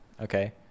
Okay